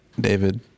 David